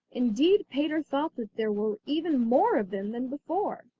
indeed peter thought that there were even more of them than before.